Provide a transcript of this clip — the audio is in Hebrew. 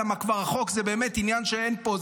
כי החוק זה כבר באמת עניין שאין פה,